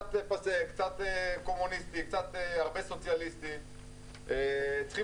קצת פאסה, קצת קומוניסטי, הרבה סוציאליסטי.